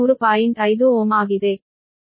5Ω ಆಗಿದೆ